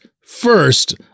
first